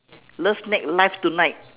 love snack live tonight